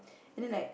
and then like